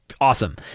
awesome